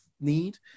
need